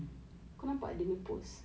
kau nampak dia punya post